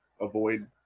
avoid